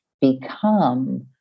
become